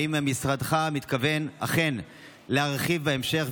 האם משרדך אכן מתכוון להרחיב בהמשך?